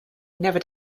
never